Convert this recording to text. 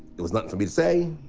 there was nothing for me to say,